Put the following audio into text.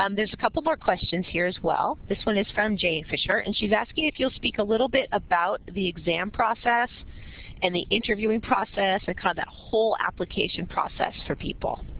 um there's a couple more questions here as well. this one is from jane fisher. and she's asking if you'll speak a little bit about the exam process and the interviewing process. like how that whole application process for people.